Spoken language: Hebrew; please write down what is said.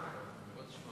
כל הכבוד.